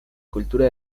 cultura